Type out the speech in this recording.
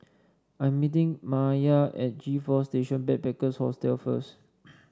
I am meeting Maiya at G Four Station Backpackers Hostel first